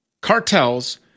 cartels